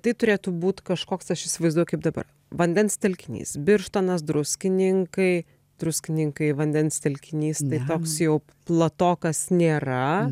tai turėtų būt kažkoks aš įsivaizduoju kaip dabar vandens telkinys birštonas druskininkai druskininkai vandens telkinys toks jau platokas nėra